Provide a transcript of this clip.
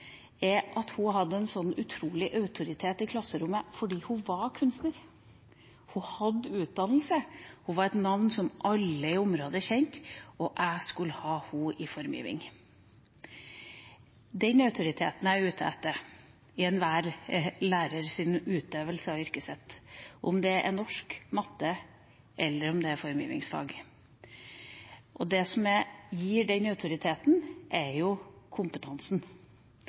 at hun hadde en utrolig autoritet i klasserommet fordi hun var kunstner. Hun hadde utdannelse, hun var et navn som alle i området kjente, og jeg skulle ha henne i forming. Den autoriteten er jeg ute etter i enhver lærers utøvelse av yrket sitt – om det er i norsk, matte eller om det er i formgivingsfag. Det som gir den autoriteten, er kompetansen.